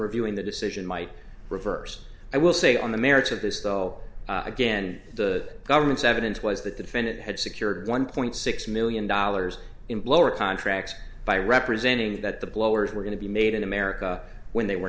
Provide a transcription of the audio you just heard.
reviewing the decision might reverse i will say on the merits of this though again the government's evidence was that the defendant had secured one point six million dollars in blower contracts by representing that the blowers were going to be made in america when they were